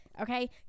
okay